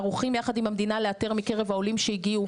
ערוכים יחד עם המדינה לאתר מקרב העולים שהגיעו